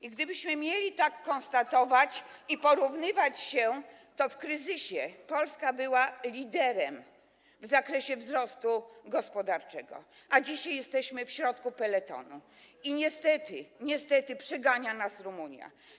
I gdybyśmy mieli tak konstatować i porównywać się, to w kryzysie Polska była liderem w zakresie wzrostu gospodarczego, a dzisiaj jesteśmy w środku peletonu i niestety przegania nas Rumunia.